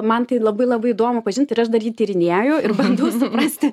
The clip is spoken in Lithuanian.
man tai labai labai įdomu pažint ir aš dar jį tyrinėju ir bandau suprasti